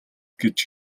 гэж